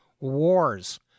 wars